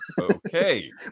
Okay